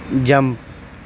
jump